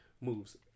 moves